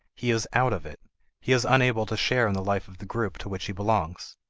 he is out of it he is unable to share in the life of the group to which he belongs.